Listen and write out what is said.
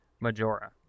Majora